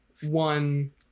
one